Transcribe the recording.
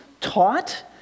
taught